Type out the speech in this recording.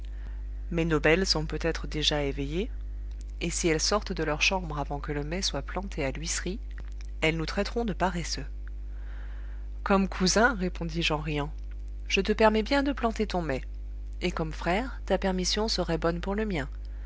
nos belles sont peut-être déjà éveillées et si elles sortent de leur chambre avant que le mai soit planté à l'huisserie elles nous traiteront de paresseux comme cousin répondis-je en riant je te permets bien de planter ton mai et comme frère ta permission serait bonne pour le mien